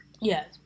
Yes